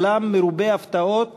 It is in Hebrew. עולם מרובה הפתעות,